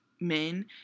men